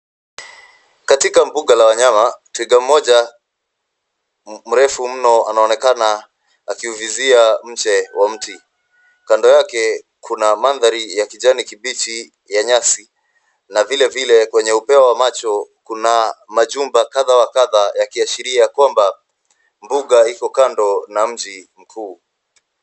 Katika mbuga la wanyama, twiga mmoja mrefu mno anaonekana akiuvizia mche wa mti. Kando yake kuna mandhari ya kijani kibichi ya nyasi na vile vile kwenye upeo wa macho kuna majumba kadha wa kadha yakiashiria kwamba mbuga iko kando na mji mkuu.